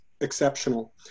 exceptional